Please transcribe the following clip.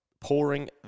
pouring